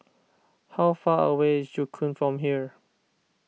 how far away is Joo Koon from here